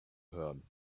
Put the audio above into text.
hören